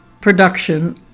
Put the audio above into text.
production